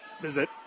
Visit